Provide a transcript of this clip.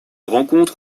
rencontre